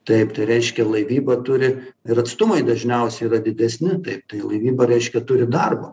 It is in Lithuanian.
taip tai reiškia laivyba turi ir atstumai dažniausiai yra didesni taip tai laivyba reiškia turi darbo